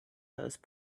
those